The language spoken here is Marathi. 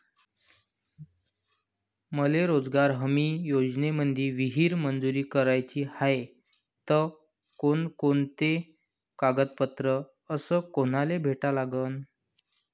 मले रोजगार हमी योजनेमंदी विहीर मंजूर कराची हाये त कोनकोनते कागदपत्र अस कोनाले भेटा लागन?